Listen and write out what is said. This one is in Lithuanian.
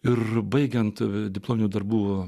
ir baigiant diplominių darbų